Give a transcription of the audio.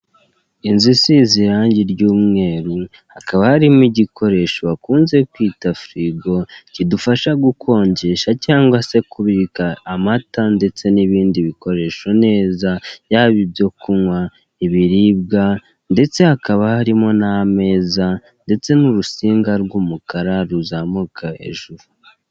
Inzu isize irangi ry'umweru hakaba harimo igikoresho bakunze kwita firigo kidufasha gukonjesha cyangwa se kubika amata ndetse n'ibindi bikoresho neza yaba ibyo kunywa, ibiribwa ndetse hakaba harimo n'ameza ndetse n'urusinga rw'umukara ruzamuka hejuru.